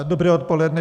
Dobré odpoledne.